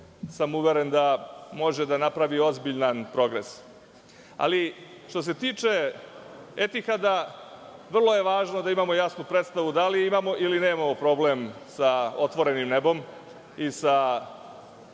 sam uveren da može da napravi ozbiljan progres. Što se tiče „Etihada“, vrlo je važno da imamo jasnu predstavu da li imamo ili nemamo problem sa otvorenim nebom i sa